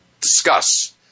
discuss